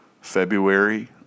February